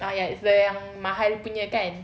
ah ya it the yang mahal punya kan